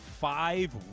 five